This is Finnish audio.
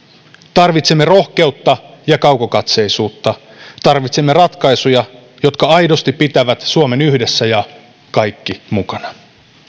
tarvitsemme rohkeutta ja kaukokatseisuutta tarvitsemme ratkaisuja jotka aidosti pitävät suomen yhdessä ja kaikki mukana